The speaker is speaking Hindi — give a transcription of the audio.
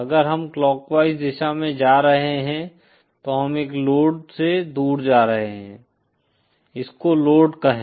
अगर हम क्लॉकवाइस दिशा में जा रहे हैं तो हम एक लोड से दूर जा रहे हैं इसको लोड कहें